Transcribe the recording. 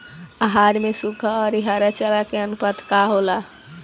आहार में सुखा औरी हरा चारा के आनुपात का होला?